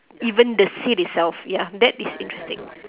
even the seed itself ya that is interesting